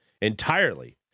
entirely